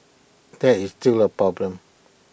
that is still A problem